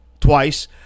Twice